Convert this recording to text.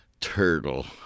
turtle